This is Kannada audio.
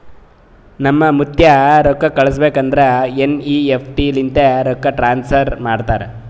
ನಮ್ ಮುತ್ತ್ಯಾ ರೊಕ್ಕಾ ಕಳುಸ್ಬೇಕ್ ಅಂದುರ್ ಎನ್.ಈ.ಎಫ್.ಟಿ ಲಿಂತೆ ರೊಕ್ಕಾ ಟ್ರಾನ್ಸಫರ್ ಮಾಡ್ತಾರ್